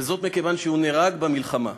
וזאת מכיוון שהוא נהרג במלחמה,